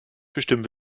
bestimmen